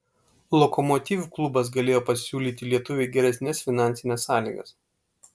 lokomotiv klubas galėjo pasiūlyti lietuviui geresnes finansines sąlygas